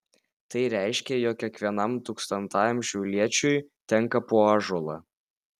tai reiškė jog kiekvienam tūkstantajam šiauliečiui tenka po ąžuolą